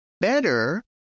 better